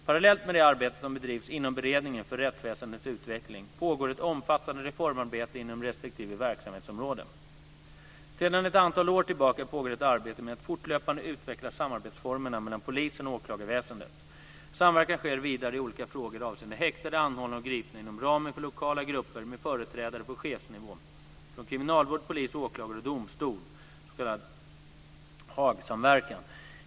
Parallellt med det arbete som bedrivs inom Beredningen för rättsväsendets utveckling pågår ett omfattande reformarbete inom respektive verksamhetsområde. Sedan ett antal år tillbaka pågår ett arbete med att fortlöpande utveckla samarbetsformerna mellan polisen och åklagarväsendet. Samverkan sker vidare i olika frågor avseende häktade, anhållna och gripna inom ramen för lokala grupper med företrädare på chefsnivå från kriminalvård, polis, åklagare och domstol, s.k. HAG-samverkan.